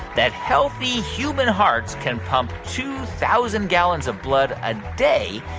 that healthy human hearts can pump two thousand gallons of blood a day,